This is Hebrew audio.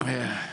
לא.